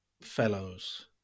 Fellows